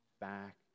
back